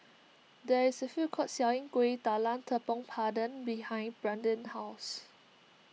there is a food court selling Kuih Talam Tepong Pandan behind Brandin's house